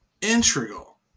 integral